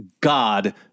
God